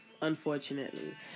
unfortunately